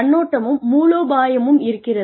கண்ணோட்டமும் மூலோபாயமும் இருக்கிறது